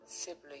siblings